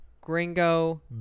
gringo